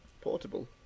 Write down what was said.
portable